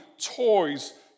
toys